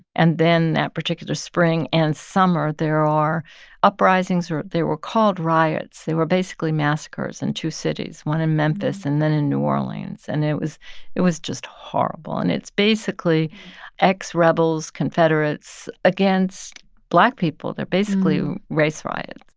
and then that particular spring and summer, there are uprisings or, they were called, riots. they were basically massacres in two cities, one in memphis and then in new orleans. orleans. and it was it was just horrible. and it's basically ex-rebels, confederates, against black people. they're basically race riots,